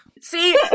See